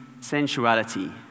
sensuality